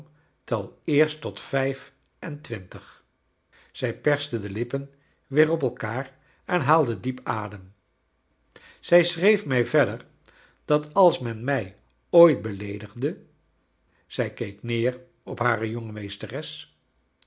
tel eerst tot vijf en twintig zij perste de lippen weer op elkaar en haalde diep adem zij schrcef mij verder dat als men mij ooit beleed igde zij keek neer op hare jonge